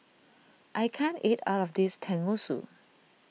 I can't eat all of this Tenmusu